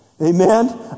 Amen